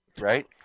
right